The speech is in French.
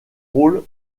rôle